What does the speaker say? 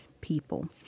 people